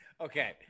Okay